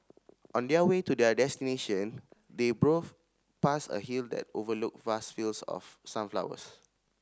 on their way to their destination they past a hill that overlooked vast fields of sunflowers